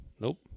nope